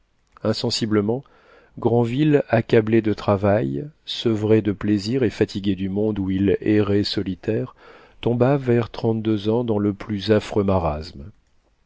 insensiblement granville accablé de travail sevré de plaisirs et fatigué du monde où il errait solitaire tomba vers trente-deux ans dans le plus affreux